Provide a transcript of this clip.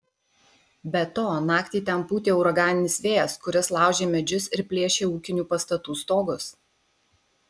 be to naktį ten pūtė uraganinis vėjas kuris laužė medžius ir plėšė ūkinių pastatų stogus